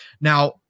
now